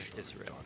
Israel